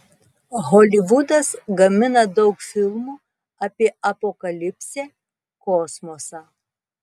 holivudas gamina daug filmų apie apokalipsę kosmosą